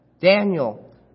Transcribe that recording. Daniel